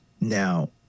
Now